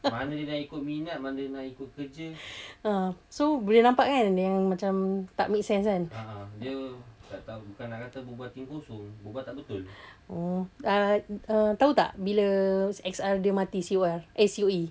so boleh nampak kan yang macam tak make sense kan oh uh tahu tak bila X_R dia mati C_O_R eh C_O_E